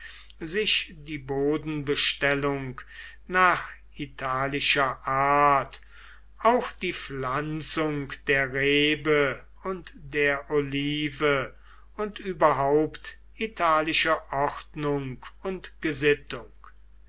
sich die bodenbestellung nach italischer art auch die pflanzung der rebe und der olive und überhaupt italische ordnung und gesittung